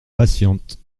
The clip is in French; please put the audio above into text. patiente